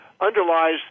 underlies